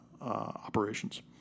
operations